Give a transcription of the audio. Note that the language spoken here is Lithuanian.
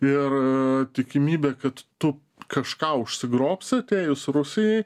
ir tikimybė kad tu kažką užsigrobsi atėjus rusijai